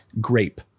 grape